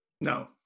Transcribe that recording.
No